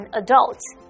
adults